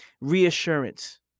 reassurance